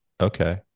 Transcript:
Okay